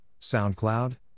SoundCloud